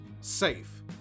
SAFE